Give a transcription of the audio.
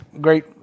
great